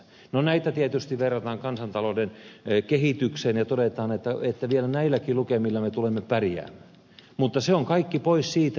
no näitä tietysti verrataan kansantalouden kehitykseen ja todetaan että vielä näilläkin lukemilla me tulemme pärjäämään mutta se on kaikki pois siitä tilistä